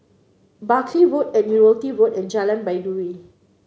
Buckley Road Admiralty Road and Jalan Baiduri